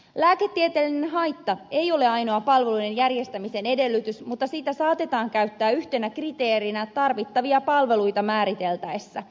lääketieteellinen haitta ei ole ainoa palvelujen järjestämisen edellytys mutta sitä saatetaan käyttää yhtenä kriteerinä tarvittavia palveluita määriteltäessä